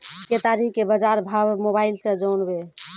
केताड़ी के बाजार भाव मोबाइल से जानवे?